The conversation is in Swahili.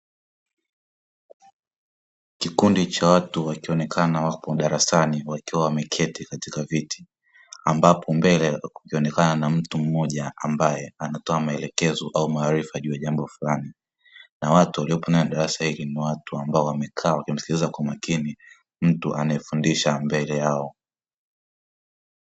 Kikundi cha watu wakionekana wako darasani wakiwa wameketi katika viti, ambapo mbele kukionekana na mtu mmoja ambae anatoa maelekezo au maarifa juu ya jambo fulani na watu waliopo ndani ya darasa hili ni watu ambao wamekaa wakimsikiliza kwa makini mtu anayefundisha mbele yao.